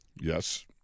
Yes